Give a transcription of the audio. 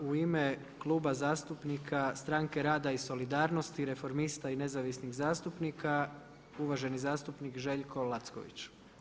U ime Kluba zastupnika Stranke rada i solidarnosti, Reformista i nezavisnih zastupnika uvaženi zastupnik Željko Lacković.